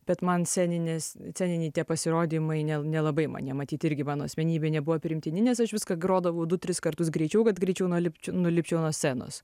bet man sceninis sceniniai pasirodymai ne nelabai man jie matyt irgi mano asmenybei nebuvo priimtini nes aš viską grodavau du tris kartus greičiau kad greičiau nulipčiau nulipčiau nuo scenos